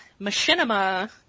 machinima